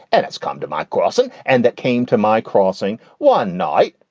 and it's come to my crossing, and that came to my crossing. one night.